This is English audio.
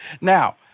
Now